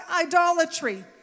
idolatry